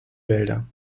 wälder